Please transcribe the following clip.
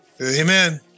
Amen